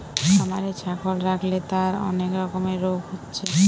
খামারে ছাগল রাখলে তার অনেক রকমের রোগ হচ্ছে